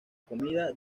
comida